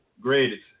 great